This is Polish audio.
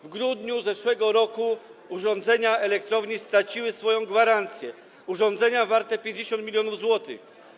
W grudniu zeszłego roku urządzenia elektrowni straciły gwarancję, urządzenia warte 50 mln zł.